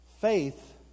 Faith